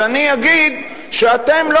אז אני אגיד שאתם,